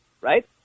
right